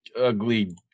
ugly